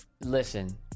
Listen